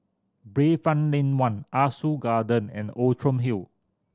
Bayfront Lane One Ah Soo Garden and Outram Hill